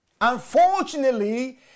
unfortunately